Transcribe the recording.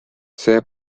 see